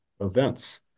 events